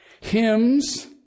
hymns